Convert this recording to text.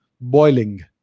boiling